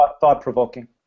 Thought-provoking